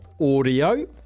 audio